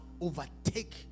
overtake